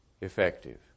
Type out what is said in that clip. effective